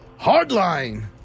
Hardline